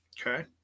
Okay